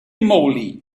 moly